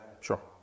Sure